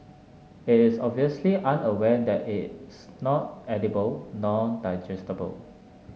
it is obviously unaware that it's not edible nor digestible